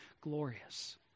glorious